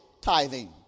tithing